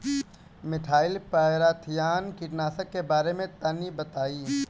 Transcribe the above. Methyl parathion कीटनाशक के बारे में तनि बताई?